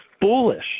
foolish